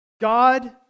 God